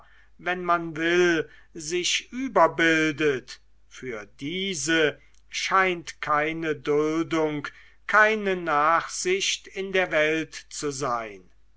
wenn man will sich überbildet für diese scheint keine duldung keine nachsicht in der welt zu sein